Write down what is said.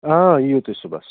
آ یِیو تُہۍ صبُحس